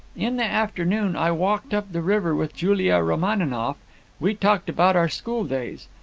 in the afternoon i walked up the river with julia romaninov we talked about our schooldays.